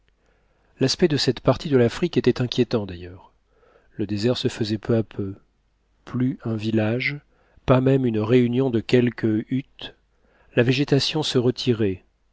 l'aspect de cette partie de l'afrique était inquiétant d'ailleurs le désert se faisait peu à peu plus un village pas même une réunion de quelques huttes la végétation se retirait